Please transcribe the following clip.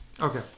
Okay